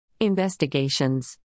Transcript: Investigations